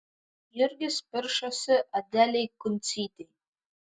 jurgis piršosi adelei kuncytei